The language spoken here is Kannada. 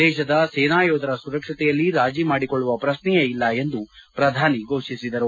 ದೇಶದ ಸೇನಾ ಯೋಧರ ಸುರಕ್ಷತೆಯಲ್ಲಿ ರಾಜೀ ಮಾಡಿಕೊಳ್ಳುವ ಪ್ರಶ್ನೆಯೇ ಇಲ್ಲ ಎಂದು ಅವರು ಘೋಷಿಸಿದರು